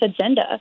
agenda